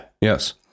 Yes